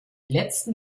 letzten